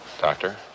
Doctor